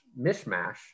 mishmash